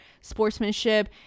sportsmanship